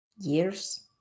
Years